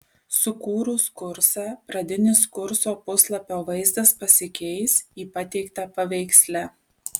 sukūrus kursą pradinis kurso puslapio vaizdas pasikeis į pateiktą paveiksle